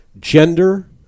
gender